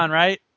right